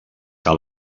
que